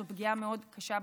שזו פגיעה מאוד קשה במשפחה.